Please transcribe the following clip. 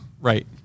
Right